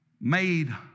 made